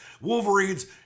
Wolverines